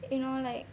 you know like